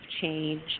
change